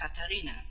Katarina